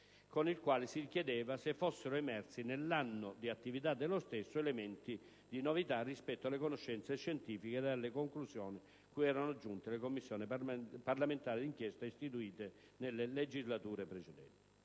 con il quale si chiedeva se fossero emersi, nell'anno di attività dello stesso, elementi di novità rispetto alle conoscenze scientifiche ed alle conclusioni cui erano giunte le Commissioni parlamentari di inchiesta istituite nelle legislature precedenti.